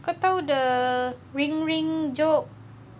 kau tahu the wing wing joke